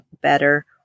better